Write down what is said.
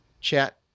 chat